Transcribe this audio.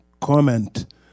comment